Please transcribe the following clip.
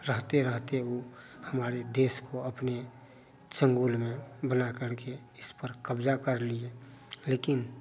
रहते रहते ऊ हमारे देश को अपने चंगुल में बना करके देश पर कब्ज़ा कर लिए लेकिन